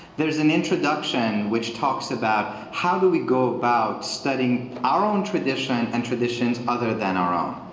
there's an introduction which talks about how do we go about studying our own tradition, and traditions other than our own.